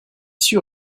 sûr